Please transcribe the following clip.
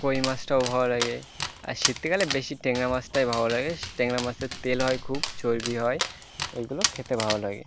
কই মাছটাও ভালো লাগে আর শীতকালে বেশি ট্যাংরা মাছটাই ভালো লাগে স্ ট্যাংরা মাছের তেল হয় খুব চর্বি হয় এইগুলো খেতে ভালো লাগে